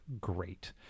great